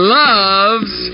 loves